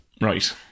Right